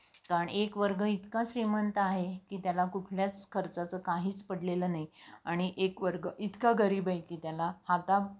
कारण एक वर्ग इतका श्रीमंत आहे की त्याला कुठल्याच खर्चाचं काहीच पडलेलं नाही आणि एक वर्ग इतका गरीब आहे की त्याला हात